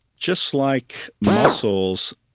just like muscles,